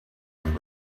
and